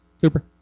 Cooper